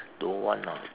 don't want ah